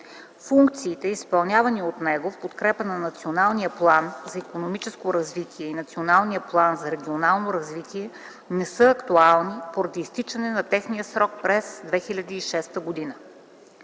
функциите, изпълнявани от него в подкрепа на Националния план за икономическо развитие и Националния план за регионално развитие, не са актуални поради изтичане на техния срок през 2006 г.;